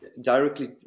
directly